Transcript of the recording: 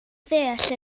ddeall